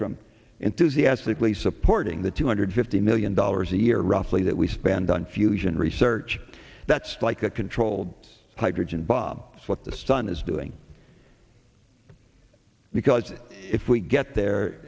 from enthusiastically supporting the two hundred fifty million dollars a year roughly that we spend on fusion research that's like a controlled hydrogen bomb what the sun is doing because if we get there